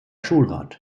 schulrat